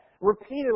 repeatedly